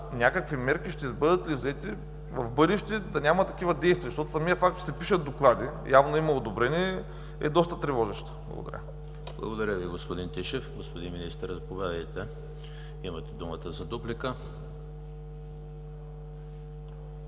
някакви мерки ще бъдат ли взети в бъдеще да няма такива действия? Защото самият факт, че се пишат доклади явно има одобрение, е доста тревожен. Благодаря. ПРЕДСЕДАТЕЛ ЕМИЛ ХРИСТОВ: Благодаря Ви, господин Тишев. Господин Министър, заповядайте, имате думата за дуплика.